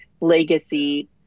Legacy